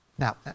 Now